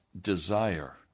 desire